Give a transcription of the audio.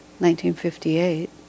1958